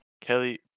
Kelly